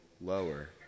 lower